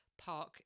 Park